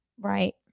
Right